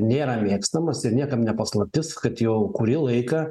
nėra mėgstamas ir niekam ne paslaptis kad jau kurį laiką